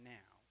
now